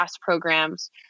programs